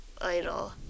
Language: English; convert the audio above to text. idol